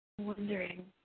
wondering